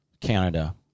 Canada